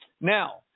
Now